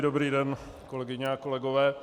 Dobrý den, kolegyně a kolegové.